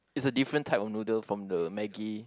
it's a different type of noodle from the Maggi